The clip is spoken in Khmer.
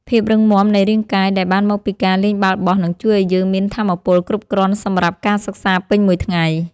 ភាពរឹងមាំនៃរាងកាយដែលបានមកពីការលេងបាល់បោះនឹងជួយឱ្យយើងមានថាមពលគ្រប់គ្រាន់សម្រាប់ការសិក្សាពេញមួយថ្ងៃ។